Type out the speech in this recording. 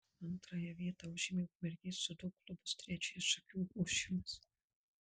antrąją vietą užėmė ukmergės dziudo klubas trečiąją šakių ošimas